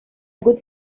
good